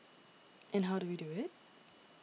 and how do we do it